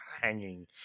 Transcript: hanging